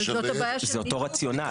אבל זה אותו רציונל.